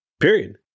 Period